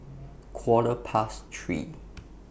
Quarter Past three